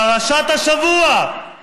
פרשת השבוע.